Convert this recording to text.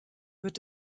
wird